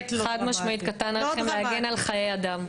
חד-משמעית קטן עליכם להגן על חיי אדם.